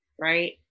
right